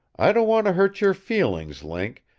i don't want to hurt your feelings, link,